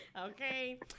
Okay